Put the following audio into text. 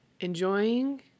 enjoying